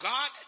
God